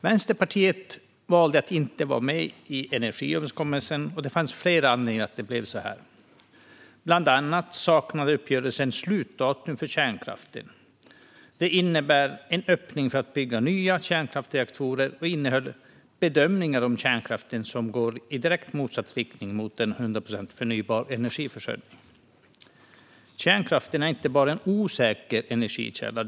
Vänsterpartiet valde att inte vara med i energiöverenskommelsen, och det fanns flera anledningar till det. Bland annat saknade uppgörelsen slutdatum för kärnkraften, vilket innebar en öppning för att bygga nya kärnkraftsreaktorer. Den innehöll också bedömningar om kärnkraften som gick i direkt motsatt riktning till 100 procent förnybar energiförsörjning. Kärnkraften är inte bara en osäker energikälla.